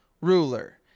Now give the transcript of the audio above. ruler